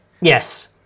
Yes